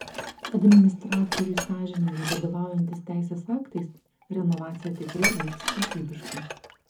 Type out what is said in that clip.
administratoriui sąžiningai vadovaujantis teisės aktais renovacija tikrai vyks kokybiškai